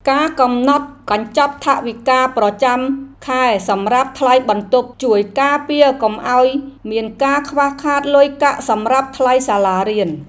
ការកំណត់កញ្ចប់ថវិកាប្រចាំខែសម្រាប់ថ្លៃបន្ទប់ជួយការពារកុំឱ្យមានការខ្វះខាតលុយកាក់សម្រាប់ថ្លៃសាលារៀន។